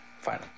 fine